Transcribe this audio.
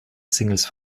singles